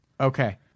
Okay